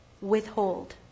withhold